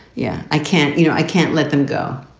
yeah. i can't. you know, i can't let them go.